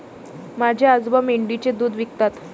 माझे आजोबा मेंढीचे दूध विकतात